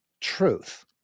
truth